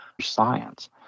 science